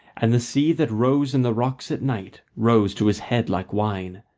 and the sea that rose in the rocks at night rose to his head like wine.